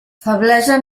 feblesa